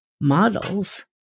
models